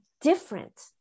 different